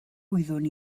wyddwn